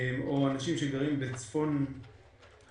או אנשים שגרים בצפון הנגב,